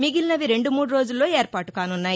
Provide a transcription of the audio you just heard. మిగిలినవి రెండు మూడోజుల్లో ఏర్పాటుకానున్నాయి